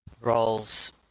roles